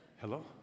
Hello